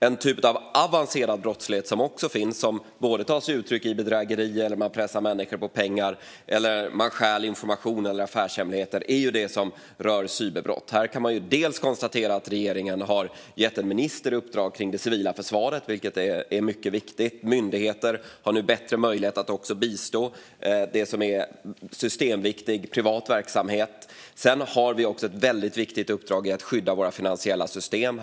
En typ av avancerad brottslighet som också finns och som tar sig uttryck i bedrägerier och att man pressar människor på pengar och stjäl information eller affärshemligheter är den som rör cyberbrott. Här kan man konstatera att regeringen har gett en minister uppdrag kring det civila försvaret, vilket är mycket viktigt. Myndigheter har nu bättre möjlighet att också bistå i det som är systemviktig privat verksamhet. Vi har också ett väldigt viktigt uppdrag i att skydda våra finansiella system.